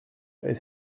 est